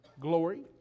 glory